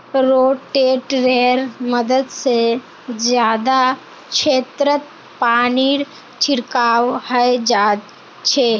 रोटेटरैर मदद से जादा क्षेत्रत पानीर छिड़काव हैंय जाच्छे